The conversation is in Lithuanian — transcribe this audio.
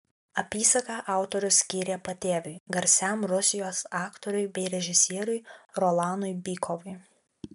apysaką autorius skyrė patėviui garsiam rusijos aktoriui bei režisieriui rolanui bykovui